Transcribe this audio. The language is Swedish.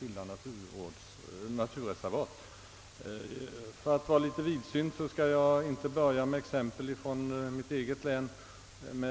bilda naturreservat. Jag skall inte börja med att anföra exempel från mitt eget län utan vill försöka vara vidsynt.